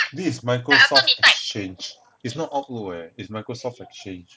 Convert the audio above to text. this is microsift exchange is not outlook eh is microsoft exchange